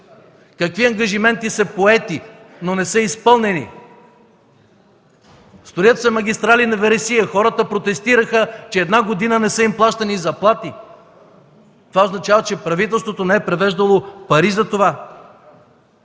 какви ангажименти са поети, но не са изпълнени! Строят се магистрали на вересия. Хората протестираха, че една година не са им плащани заплати. Това означава, че правителството не е превеждало пари за това.